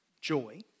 joy